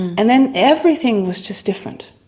and then everything was just different,